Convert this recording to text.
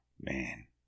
Man